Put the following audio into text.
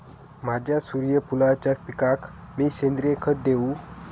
माझ्या सूर्यफुलाच्या पिकाक मी सेंद्रिय खत देवू?